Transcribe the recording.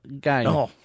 game